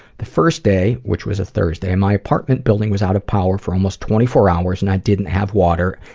the first day, which was a thursday, my apartment building was out of power for almost twenty-four hours, and i didn't have water,